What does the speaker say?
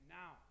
now